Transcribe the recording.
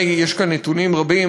יש כאן בפני נתונים רבים,